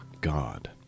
God